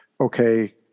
okay